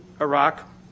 Iraq